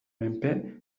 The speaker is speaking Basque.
menpe